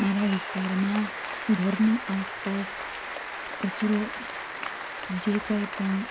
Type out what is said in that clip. મારા વિસ્તારમાં ઘરની આસપાસ કચરો જે કંઈપણ